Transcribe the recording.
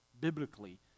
biblically